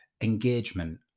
engagement